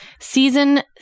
Season